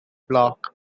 block